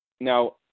Now